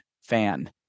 fan